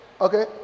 Okay